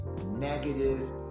negative